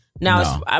Now